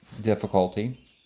difficulty